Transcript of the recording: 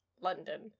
London